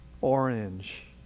orange